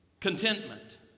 contentment